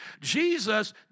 Jesus